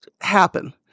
happen